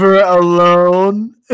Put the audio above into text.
alone